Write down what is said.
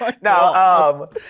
no